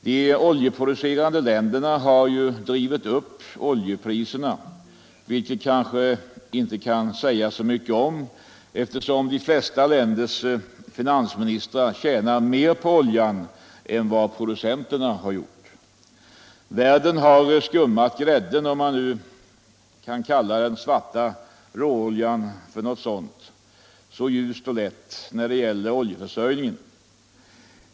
De oljeproducerande länderna har ju drivit upp oljepriserna, vilket man kanske inte kan säga så mycket om eftersom de flesta länders finansministrar tjänat mer på oljan än vad producenterna har gjort. Världen har när det gäller oljeförsörjningen så att säga skummat grädden av mjölken, om man nu kan kalla den svarta råoljan för någonting sådant.